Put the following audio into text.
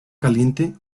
caliente